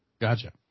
Gotcha